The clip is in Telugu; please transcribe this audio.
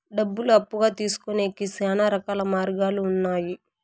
డబ్బులు అప్పుగా తీసుకొనేకి శ్యానా రకాల మార్గాలు ఉన్నాయి